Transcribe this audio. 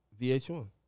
VH1